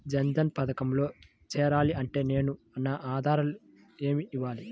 జన్ధన్ పథకంలో చేరాలి అంటే నేను నా ఆధారాలు ఏమి ఇవ్వాలి?